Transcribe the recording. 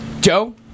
Joe